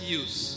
use